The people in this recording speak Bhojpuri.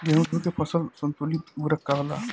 गेहूं के फसल संतुलित उर्वरक का होला?